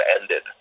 ended